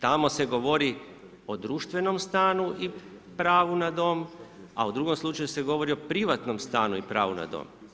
Tamo se govori o društvenom stanu i pravu na dom, a u drugom slučaju se govori o privatnom stanu i pravu na dom.